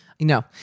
No